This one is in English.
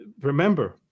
remember